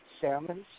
Salmons